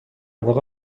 واقع